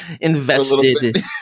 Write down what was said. invested